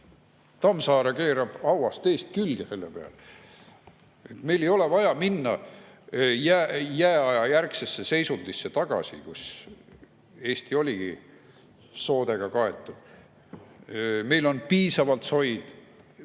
Tammsaare keerab hauas teise külje selle peale! Meil ei ole vaja minna jääajajärgsesse seisundisse tagasi, kui Eesti oligi soodega kaetud. Meil on piisavalt soid.